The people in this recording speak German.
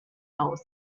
aus